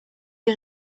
die